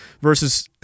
Versus